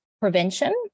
Prevention